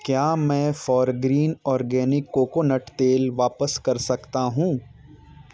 क्या मैं Forgreen organic coconut तेल वापस कर सकता हूँ